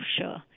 Sure